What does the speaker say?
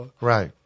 Right